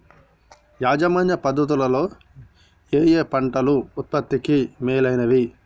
యాజమాన్య పద్ధతు లలో ఏయే పంటలు ఉత్పత్తికి మేలైనవి?